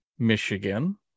michigan